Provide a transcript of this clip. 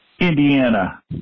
Indiana